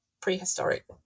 prehistoric